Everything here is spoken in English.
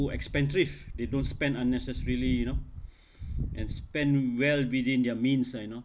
expensive they don't spend unnecessarily you know and spend well within their means ah you know